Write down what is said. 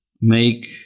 make